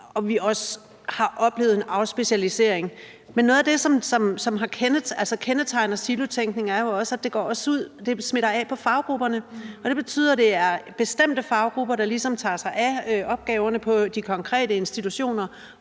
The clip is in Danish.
og vi har også oplevet en afspecialisering. Men noget af det, som kendetegner silotænkningen, er jo også, at det smitter af på faggrupperne, og det betyder, at det er bestemte faggrupper, der ligesom tager sig af opgaverne på de konkrete institutioner,